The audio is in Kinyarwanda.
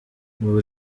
ubu